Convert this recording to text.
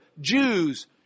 Jews